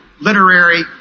literary